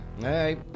Hey